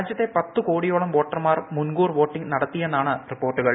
രാജ്യത്തെ പത്ത് കോടിയോളം വോട്ടർമാർ മുൻകൂർ വോട്ടിങ് നടത്തിയെന്നാണ് റിപ്പോർട്ടുകൾ